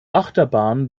achterbahn